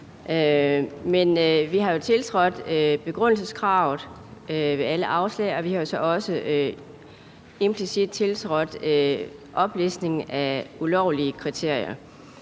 Men vi har jo tiltrådt begrundelseskravet ved alle afslag, og vi har så også implicit tiltrådt oplistningen af ulovlige kriterier.